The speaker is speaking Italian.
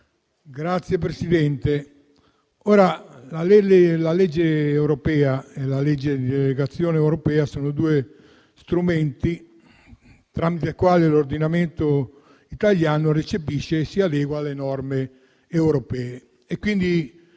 Signor Presidente, la legge europea e la legge di delegazione europea sono due strumenti tramite i quali l'ordinamento italiano recepisce e si adegua alle norme europee.